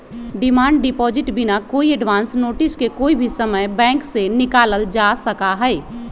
demand deposit बिना कोई advance notice के कोई भी समय बैंक से निकाल्ल जा सका हई